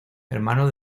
hermano